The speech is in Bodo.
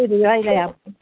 बबे जायगायाव